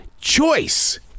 choice